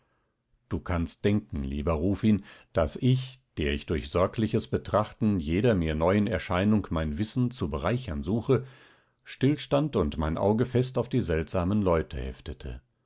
du kannst denken lieber rufin daß ich der ich durch sorgliches betrachten jeder mir neuen erscheinung mein wissen zu bereichern suche stillstand und mein auge fest auf die seltsamen leute heftete